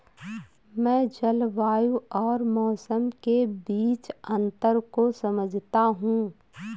मैं जलवायु और मौसम के बीच अंतर को समझता हूं